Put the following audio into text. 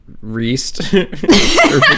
reese